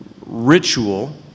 ritual